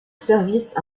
service